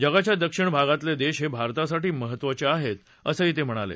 जगाच्या दक्षिण भागातले देश हे भारतासाठी महत्त्वाचे आहेत असंही ते म्हणाले